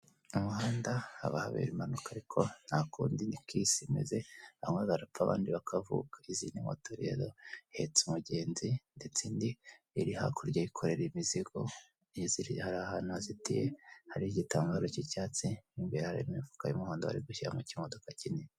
Umuhanda haba habera impanuka ariko nta kundi ni ko iyi si imeze, bamwe barapfa abandi bakavuka. Izi ni mote rero ihetse umugenzi ndetse indi iri hakurya yikorera imizigo, n'inzira iri ahantu hazitiye hari igitambaro cy'icyatsi, mo imbere harimo imifuka y'umuhondo bari gushyira mu kimodoka kinini.